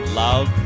love